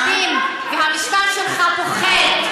אבל אתם פוחדים והמשטר שלך פוחד.